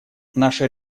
наше